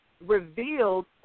revealed